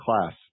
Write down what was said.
class